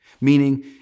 Meaning